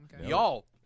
Y'all